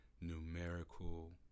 numerical